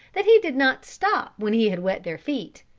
that he did not stop when he had wet their feet,